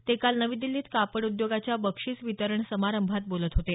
ते काल नवी दिछीत कापड उद्योगाच्या बक्षिस वितरण समारंभात बोलत होते